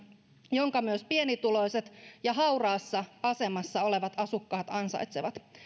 jonka myös pienituloiset ja hauraassa asemassa olevat asukkaat ansaitsevat